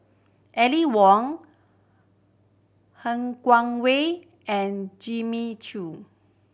Aline Wong Han Guangwei and Jimmy Chok